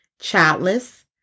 childless